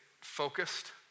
focused